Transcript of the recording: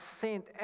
sent